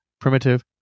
Primitive